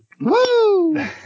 Woo